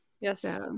Yes